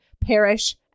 parish